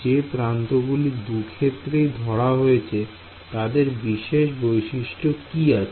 যে প্রান্ত গুলি 2 ক্ষেত্রেই ধরা হয়েছে তাদের বিশেষ বৈশিষ্ট্য কি আছে